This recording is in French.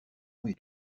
est